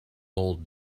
old